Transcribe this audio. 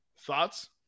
Thoughts